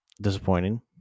disappointing